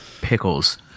Pickles